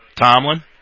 Tomlin